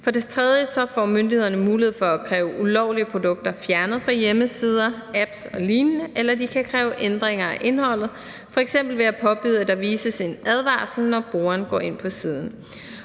For det tredje får myndighederne mulighed for at kræve ulovlige produkter fjernet fra hjemmesider, apps og lignende, eller de kan kræve ændringer af indholdet, f.eks. ved at påbyde, at der vises en advarsel, når brugeren går ind på siden.